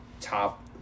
top